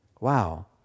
Wow